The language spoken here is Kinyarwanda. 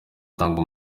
atanga